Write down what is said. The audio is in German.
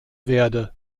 werde